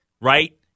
right